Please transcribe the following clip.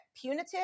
punitive